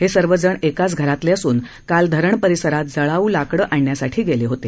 हे सर्वजण एकाच घरातले असून काल धरण परिसरात जळाऊ लाकडं आणण्यासाठी गेले होते